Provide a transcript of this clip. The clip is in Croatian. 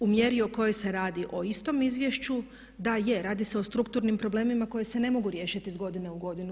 U mjeri o kojoj se radi o istom izvješću, da je, radi se o strukturnim problemima koji se ne mogu riješiti iz godine u godinu.